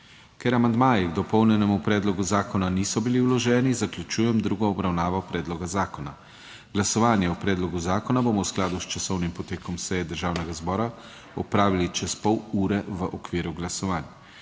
Ker amandmaji k dopolnjenemu predlogu zakona niso bili vloženi, zaključujem drugo obravnavo predloga zakona. Glasovanje o predlogu zakona bomo v skladu s časovnim potekom seje Državnega zbora opravili čez pol ure v okviru glasovanj.